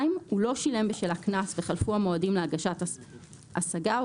הוא לא שילם בשלה קנס וחלפו המועדים להגשת השגה או